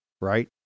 right